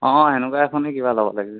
অঁ সেনেকুৱা এখনে কিবা ল'বা লাগিব